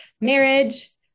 marriage